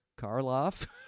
Karloff